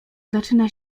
zaczyna